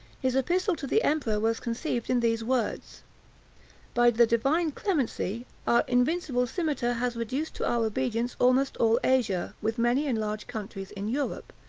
his epistle to the emperor was conceived in these words by the divine clemency, our invincible cimeter has reduced to our obedience almost all asia, with many and large countries in europe,